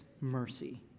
mercy